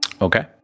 Okay